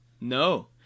No